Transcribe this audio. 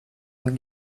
give